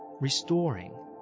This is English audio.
restoring